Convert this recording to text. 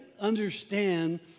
understand